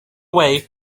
way